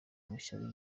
mushya